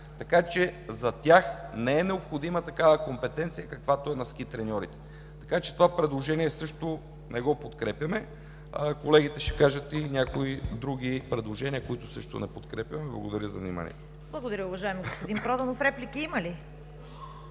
така че за тях не е необходима такава компетенция, каквато е на ски треньорите. Това предложение също не го подкрепяме. Колегите ще кажат и за някои други предложения, които също не подкрепяме. Благодаря за вниманието. ПРЕДСЕДАТЕЛ ЦВЕТА КАРАЯНЧЕВА: Благодаря, уважаеми господин Проданов. Реплики има ли?